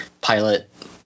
pilot